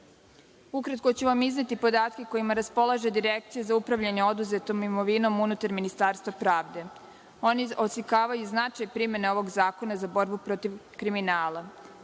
reči. Ukratko ću vam izneti podatke kojima raspolaže Direkcija za upravljanje oduzetom imovinom unutar Ministarstva pravde. Oni oslikavaju značaj primene ovog Zakona za borbu protiv kriminala.